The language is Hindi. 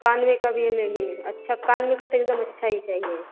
कान में कभी ये नहीं लिए अच्छा कान में का तो एकदम अच्छा ही चाहिए